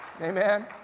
Amen